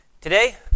today